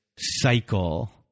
cycle